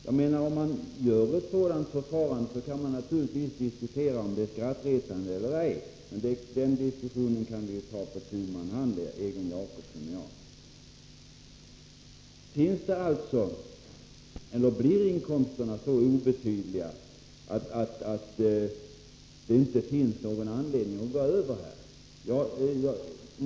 Naturligtvis kan man diskutera om ett sådant förfarande är skrattretande eller ej — men den diskussionen kan Egon Jacobsson och jag ta på tu man hand. Blir inkomsterna så obetydliga att det inte finns någon anledning att gå över?